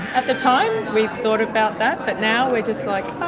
at the time, we thought about that but now, we're just like, oh,